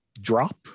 drop